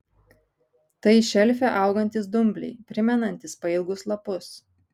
tai šelfe augantys dumbliai primenantys pailgus lapus